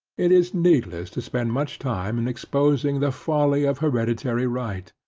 it is needless to spend much time in exposing the folly of hereditary right,